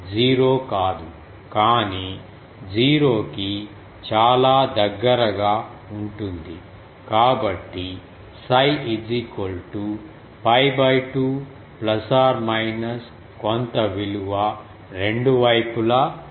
0 కాదు కానీ 0 కి చాలా దగ్గరగా ఉంటుంది కాబట్టి 𝜓 𝜋 2 కొంత విలువ రెండు వైపులా ఉంటుంది